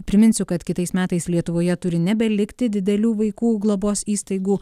priminsiu kad kitais metais lietuvoje turi nebelikti didelių vaikų globos įstaigų